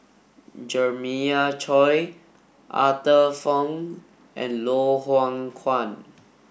Jeremiah Choy Arthur Fong and Loh Hoong Kwan